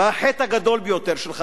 החטא הגדול ביותר שלך,